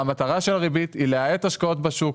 המטרה של הריבית היא להאט השקעות בשוק,